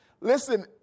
listen